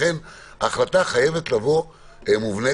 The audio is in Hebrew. לכן ההחלטה חייבת לבוא מובנית.